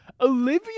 Olivia